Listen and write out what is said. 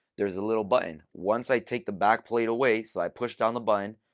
there's a little button. once i take the back plate away, so i push down the button,